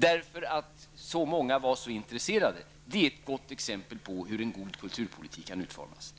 eftersom så många var intresserade. Det är ett gott exempel på hur en god kulturpolitik kan utformas!